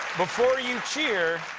before you cheer,